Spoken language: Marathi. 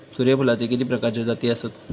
सूर्यफूलाचे किती प्रकारचे जाती आसत?